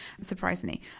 surprisingly